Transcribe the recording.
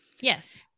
yes